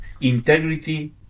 Integrity